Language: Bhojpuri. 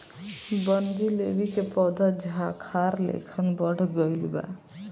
बनजीलेबी के पौधा झाखार लेखन बढ़ गइल बावे